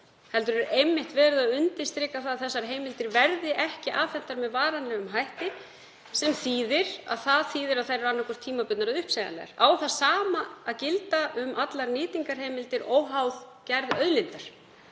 heldur er einmitt verið að undirstrika að þessar heimildir verði ekki afhentar með varanlegum hætti. Það þýðir að þær eru annaðhvort tímabundnar eða uppsegjanlegar. Á það sama að gilda um allar nýtingarheimildir óháð gerð auðlindar?